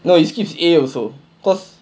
no it skips a also because